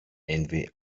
envy